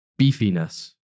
beefiness